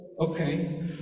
okay